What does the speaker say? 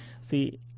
see